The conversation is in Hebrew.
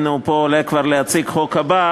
הנה הוא פה עולה כבר להציג את החוק הבא,